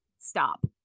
stop